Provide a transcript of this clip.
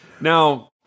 Now